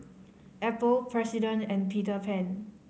Apple President and Peter Pan